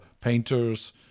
painters